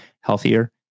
healthier